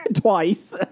twice